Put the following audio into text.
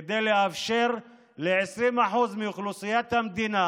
כדי לאפשר ל-20% מאוכלוסיית המדינה